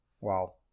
Wow